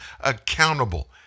accountable